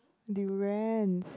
durians